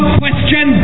question